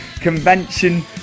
convention